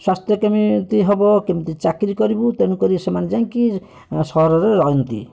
ସ୍ୱାସ୍ଥ୍ୟ କେମିତି ହେବ କେମିତି ଚାକିରୀ କରିବୁ ତେଣୁ କରି ସେମାନେ ଯାଇକି ସହରରେ ରହନ୍ତି